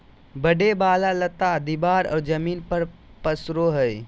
बढ़े वाला लता दीवार और जमीन पर पसरो हइ